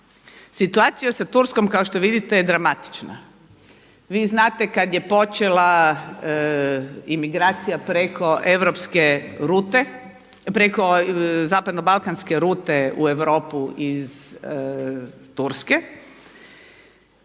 Situacija sa Turskom kao što vidite je dramatična. Vi znate kad je počela imigracija preko europske rute, preko